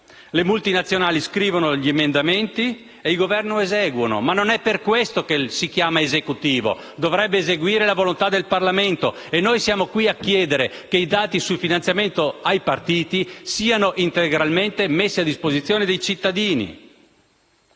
Le multinazionali scrivono gli emendamenti e il Governo li esegue, ma non è per questo che si chiama Esecutivo: dovrebbe eseguire la volontà del Parlamento. Noi siamo qui a chiedere che i dati sul finanziamento ai partiti siano integralmente messi a disposizione dei cittadini.